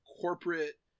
corporate